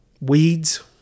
Weeds